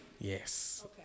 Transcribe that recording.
yes